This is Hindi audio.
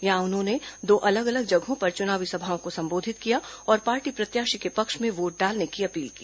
यहां उन्होंने दो अलग अलग जगहों पर चुनावी सभाओं को संबोधित किया और पार्टी प्रत्याशी के पक्ष में वोट डालने की अपील की